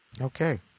Okay